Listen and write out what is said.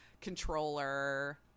controller